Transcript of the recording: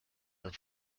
and